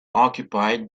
occupied